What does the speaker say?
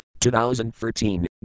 2013